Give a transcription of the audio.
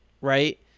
right